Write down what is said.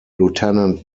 lieutenant